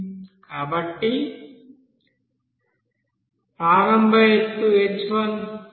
కాబట్టి ప్రారంభ ఎత్తు h1